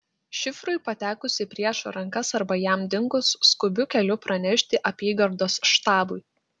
šifrui patekus į priešo rankas arba jam dingus skubiu keliu pranešti apygardos štabui